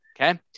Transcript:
Okay